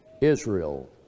Israel